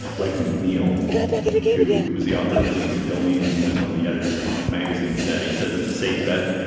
flagging mcneill who was the author of please kill me and he was one of the editors of punk magazine said he says it's a safe bet.